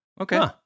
okay